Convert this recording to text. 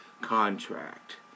contract